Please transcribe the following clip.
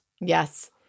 Yes